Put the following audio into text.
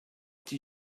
die